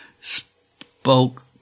spoke